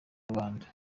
rubanda